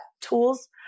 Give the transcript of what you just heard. tools